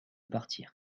partir